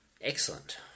Excellent